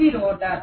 ఇది రోటర్